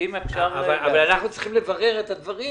אנחנו צריכים לברר את הדברים.